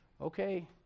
okay